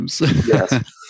Yes